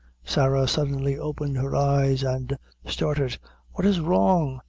sarah suddenly opened her eyes, and started what is wrong?